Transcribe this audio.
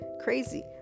crazy